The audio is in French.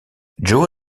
joe